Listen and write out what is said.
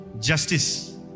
justice